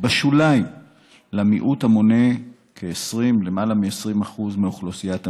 בשוליים למיעוט המונה למעלה מ-20% מאוכלוסיית המדינה,